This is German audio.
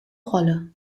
rolle